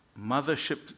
Mothership